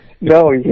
No